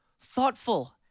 thoughtful